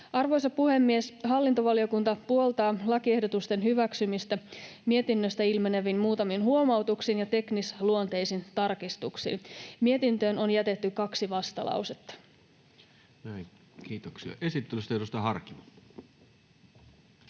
Arvoisa puhemies! Hallintovaliokunta puoltaa lakiehdotusten hyväksymistä mietinnöstä ilmenevin muutamin huomautuksin ja teknisluonteisin tarkistuksin. Mietintöön on jätetty kaksi vastalausetta. Näin, kiitoksia esittelystä. — Ja edustaja Harkimo.